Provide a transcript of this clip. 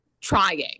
trying